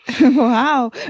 Wow